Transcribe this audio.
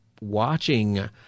watching